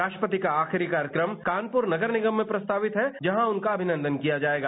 राष्ट्रपति का आखिरी कार्यफ्रम कानपुर नगर निगम में प्रस्तावित है जहां उनका अभिनंदन किया जायेगा